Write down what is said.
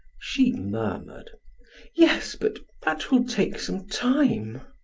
she murmured yes, but that will take some time.